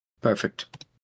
perfect